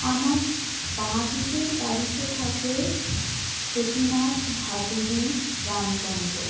আমার বাঁ দিকের বাড়িতে থাকে সতীনাথ ভাদুড়ী রামচন্দ্র